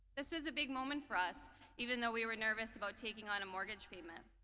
this was big moment for us even though we were nervous about taking on a mortgage payment.